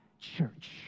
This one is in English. church